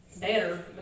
better